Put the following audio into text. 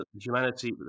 humanity